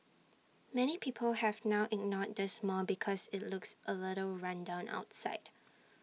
many people have now ignored this mall because IT looks A little run down outside